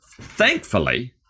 Thankfully